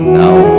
now